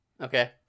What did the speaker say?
okay